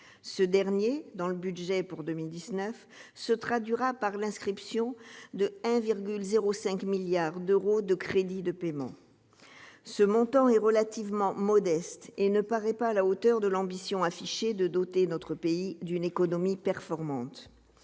de loi de finances pour 2019 par l'inscription de 1,05 milliard d'euros en crédits de paiements. Ce montant est relativement modeste et ne paraît pas être à la hauteur de l'ambition affichée de doter notre pays d'une économie performante.